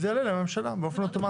זה יעלה לממשלה באופן אוטומטי.